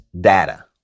data